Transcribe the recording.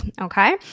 okay